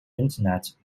internet